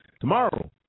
Tomorrow